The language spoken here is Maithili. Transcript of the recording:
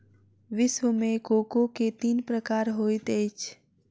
विश्व मे कोको के तीन प्रकार होइत अछि